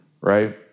right